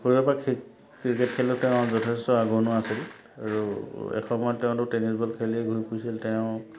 সৰুৰে পৰা ক্ৰিকেট খেলত তেওঁ যথেষ্ট আগৰণুৱা আছিল আৰু এসময়ত তেওঁলোক টেনিছ বল খেলিয়েই ঘূৰি ফুৰিছিল তেওঁ